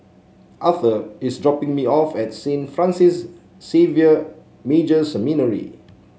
Aurthur is dropping me off at Saint Francis Xavier Major Seminary